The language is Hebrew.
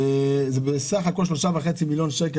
זה סך הכול 3.5 מיליון שקל.